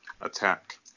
attack